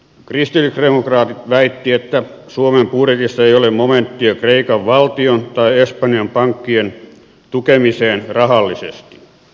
kristillisdemokraatit väittivät että suomen budjetissa ei ole momenttia kreikan valtion tai espanjan pankkien tukemiseen rahallisesti